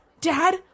Dad